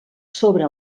sobre